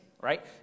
right